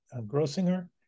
Grossinger